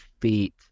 feet